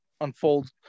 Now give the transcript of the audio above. unfold